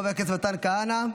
חבר הכנסת מתן כהנא,